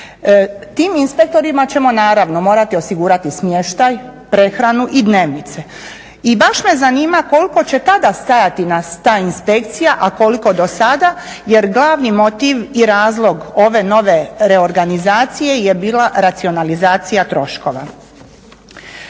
Tim inspektorima ćemo naravno morati osigurati smještaj, prehranu i dnevnice i baš me zanima koliko će tada nas stajati ta inspekcija a koliko do sada jer glavni motiv i razlog ove nove reorganizacije je bila racionalizacija troškova.